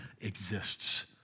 exists